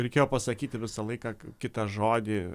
reikėjo pasakyti visą laiką k kitą žodį